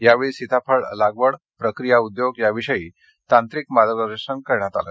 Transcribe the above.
यावेळी सीताफळ लागवड प्रक्रिया उद्योग याविषयी तांत्रिक मार्गदर्शनकरण्यात आलं